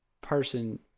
person